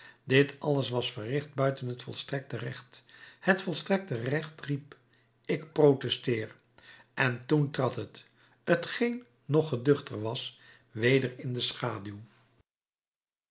dit alles was verricht buiten het volstrekte recht het volstrekte recht riep ik protesteer en toen trad het t geen nog geduchter was weder in de schaduw